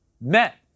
Met